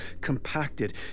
Compacted